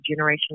generational